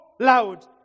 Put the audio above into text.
loud